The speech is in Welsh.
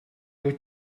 wyt